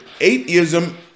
atheism